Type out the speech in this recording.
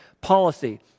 policy